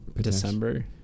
December